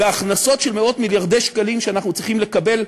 להכנסות של מאות מיליארדי שקלים שאנחנו צריכים לקבל,